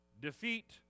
defeat